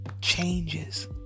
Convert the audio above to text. changes